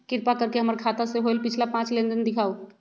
कृपा कर के हमर खाता से होयल पिछला पांच लेनदेन दिखाउ